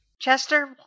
Chester